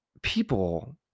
People